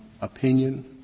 opinion